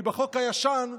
כי החוק הישן,